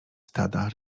stada